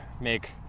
make